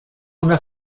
una